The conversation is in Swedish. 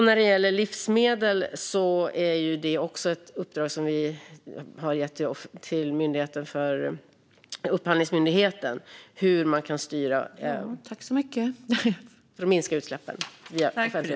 När det gäller livsmedel har vi gett ett uppdrag till Upphandlingsmyndigheten som handlar om hur man kan minska utsläppen via offentlig upphandling.